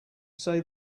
say